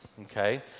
okay